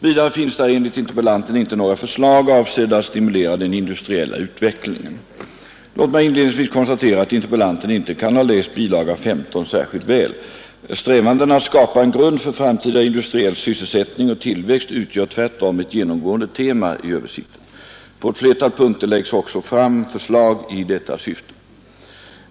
Vidare finns där enligt interpellanten inte några förslag avsedda att stimulera den industriella utvecklingen. Låt mig inledningsvis konstatera att interpellanten inte kan ha läst bilaga 15 särskilt väl. Strävandena att skapa en grund för framtida industriell sysselsättning och tillväxt utgör tvärtom ett genomgående tema i översikten. På ett flertal punkter läggs också fram konkreta förslag i detta syfte.